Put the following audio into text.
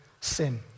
sin